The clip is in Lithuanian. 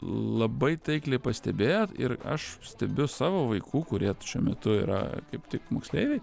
labai taikliai pastebėjot ir aš stebiu savo vaikų kurie šiuo metu yra kaip tik moksleiviai